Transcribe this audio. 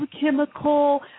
chemical